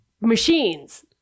machines